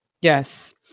Yes